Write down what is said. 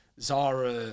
Zara